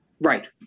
right